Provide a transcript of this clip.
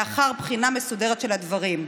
לאחר בחינה מסודרת של הדברים.